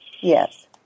yes